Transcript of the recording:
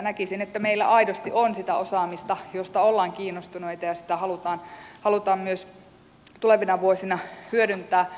näkisin että meillä aidosti on sitä osaamista josta ollaan kiinnostuneita ja sitä halutaan myös tulevina vuosina hyödyntää